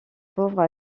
pauvres